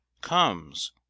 comes